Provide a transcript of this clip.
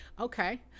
okay